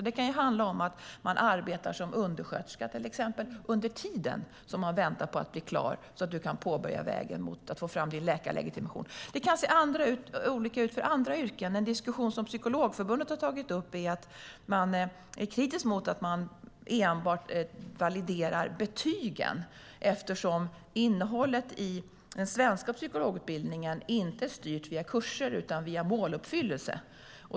Det kan handla om att man arbetar som undersköterska under tiden som man väntar på att bli klar, så att man kan påbörja vägen mot att få fram läkarlegitimationen. Det kan se olika ut för andra yrken. Psykologförbundet är kritiskt mot att man enbart validerar betygen, eftersom innehållet i den svenska psykologutbildningen inte styrs via kurser utan via måluppfyllelse.